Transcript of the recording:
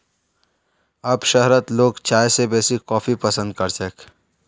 अब शहरत लोग चाय स बेसी कॉफी पसंद कर छेक